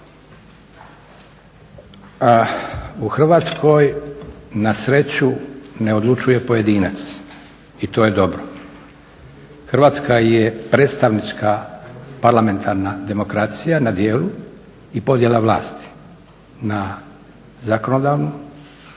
U Hrvatskoj na sreću ne odlučuje pojedinac i to je dobro. Hrvatska je predstavnička parlamentarna demokracija na djelu i podjela vlasti na zakonodavnu,